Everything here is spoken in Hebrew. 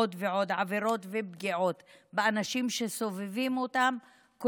עוד ועוד עבירות ופגיעות באנשים שסובבים אותם,